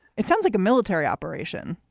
it sounds like a military operation.